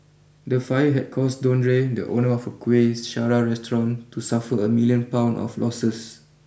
the fire had caused Dondre the owner of Kuih Syara restaurant to suffer a million Pound of losses